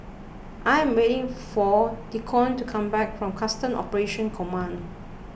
I am waiting for Deacon to come back from Customs Operations Command